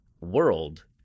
world